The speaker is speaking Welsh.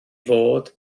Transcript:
fod